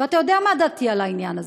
ואתה יודע מה דעתי על העניין הזה.